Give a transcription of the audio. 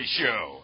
show